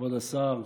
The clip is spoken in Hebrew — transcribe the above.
כבוד השר.